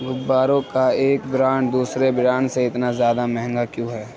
غباروں کا ایک برانڈ دوسرے برانڈ سے اتنا زیادہ مہنگا کیوں ہے